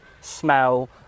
smell